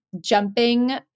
jumping